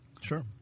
sure